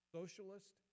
socialist